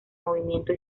movimiento